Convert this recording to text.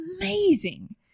Amazing